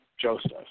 Joseph